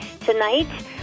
tonight